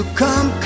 come